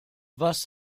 was